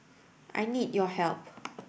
I need your help